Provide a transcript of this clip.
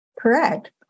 correct